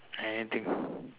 I anything